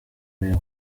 ureba